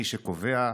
מי שקובע,